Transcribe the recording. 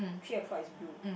three o-clock is blue